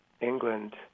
England